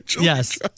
Yes